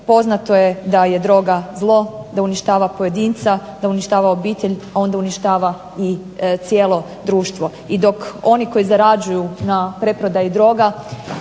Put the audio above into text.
Poznato je da je droga zlo, da uništava pojedinca, da uništava obitelj, pa onda uništava i cijelo društvo. I dok oni koji zarađuju na preprodaji droga